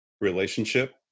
relationship